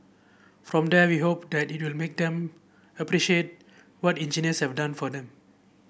from there we hope that it will make them appreciate what engineers have done for them